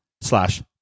slash